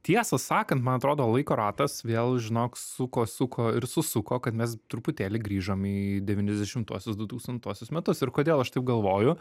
tiesą sakant man atrodo laiko ratas vėl žinok suko suko ir susuko kad mes truputėlį grįžom į devyniasdešimtuosius du tūkstantuosius metus ir kodėl aš taip galvoju